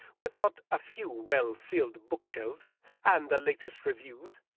with not a few well-filled book-shelves and the latest reviews,